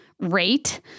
Rate